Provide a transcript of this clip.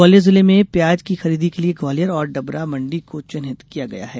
ग्वालियर जिले में प्याज की खरीदी के लिये ग्वालियर और डबरा मंडी को चिन्हित किया गया है